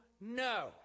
no